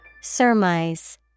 Surmise